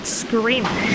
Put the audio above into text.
screaming